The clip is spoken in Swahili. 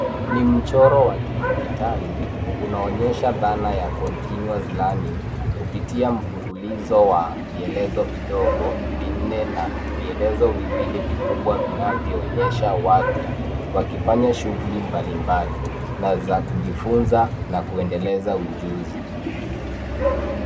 Ni mchoro wa kidijitali unaoonyesha dhana ya cs[continous learning]cs kupitia mfululizo wa kielezo vidogo vinne na vielezo viwili vikubwa vinavyoonyesha watu wakifanya shuguli mbalimbali na za kujifunza na kuendeleza ujuzi.